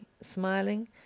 smiling